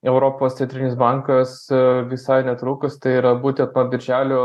europos centrinis bankas visai netrukus tai yra būtent nuo birželio